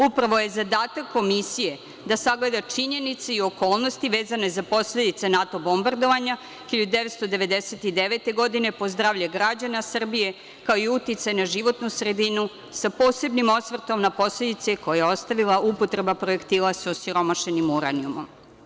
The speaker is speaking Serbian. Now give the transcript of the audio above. Upravo je zadatak komisije da sagleda činjenice i okolnosti vezane za posledice NATO bombardovanja 1999. godine po zdravlje građana Srbije, kao i uticaj na životnu sredinu sa posebnim osvrtom na posledice koje je ostavila upotreba projektila sa osiromašenim uranijumom.